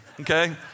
okay